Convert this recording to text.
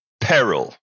peril